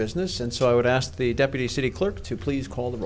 business and so i would ask the deputy city clerk to please call the